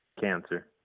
Cancer